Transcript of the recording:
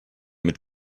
mit